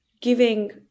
giving